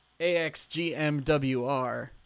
AXGMWR